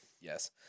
Yes